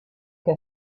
que